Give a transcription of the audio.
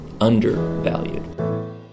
undervalued